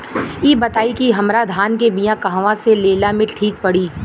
इ बताईं की हमरा धान के बिया कहवा से लेला मे ठीक पड़ी?